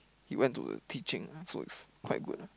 he went to teaching so it's quite good